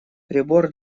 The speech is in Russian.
прибор